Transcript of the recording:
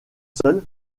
seuls